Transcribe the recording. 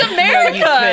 America